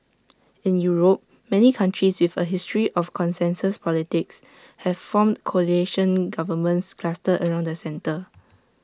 in Europe many countries with A history of consensus politics have formed coalition governments clustered around the centre